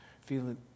feeling